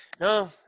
No